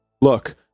Look